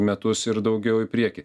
metus ir daugiau į priekį